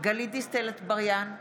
גלית דיסטל אטבריאן,